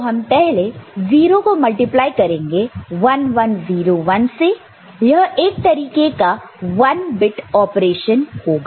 तो हम पहले 0 को मल्टीप्लाई करेंगे 1 1 0 1 से यह एक तरीके का 1 बिट ऑपरेशन होगा